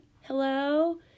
Hello